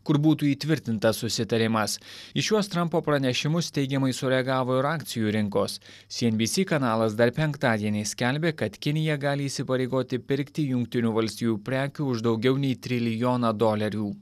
kur būtų įtvirtintas susitarimas į šiuos trampo pranešimus teigiamai sureagavo ir akcijų rinkos si en bi si kanalas dar penktadienį skelbė kad kinija gali įsipareigoti pirkti jungtinių valstijų prekių už daugiau nei trilijoną dolerių